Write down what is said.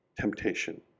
temptation